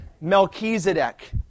Melchizedek